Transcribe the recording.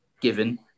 given